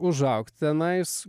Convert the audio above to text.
užaugt tenais